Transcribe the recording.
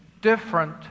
different